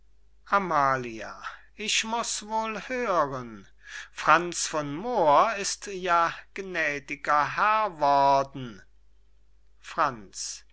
amalia ich muß wol hören franz von moor ist ja gnädiger herr worden franz